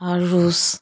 Aarush